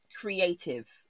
creative